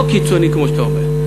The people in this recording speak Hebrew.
לא קיצוני כמו שאתה אומר,